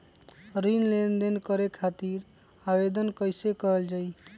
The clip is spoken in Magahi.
ऋण लेनदेन करे खातीर आवेदन कइसे करल जाई?